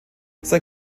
sein